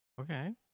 Okay